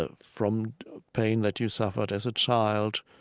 ah from pain that you suffered as a child,